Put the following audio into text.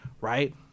Right